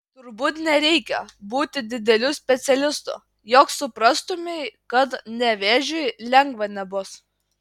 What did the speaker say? turbūt nereikia būti dideliu specialistu jog suprastumei kad nevėžiui lengva nebus